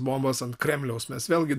bombas ant kremliaus mes vėlgi